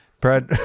Brad